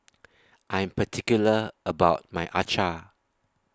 I Am particular about My